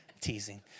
teasing